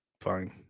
fine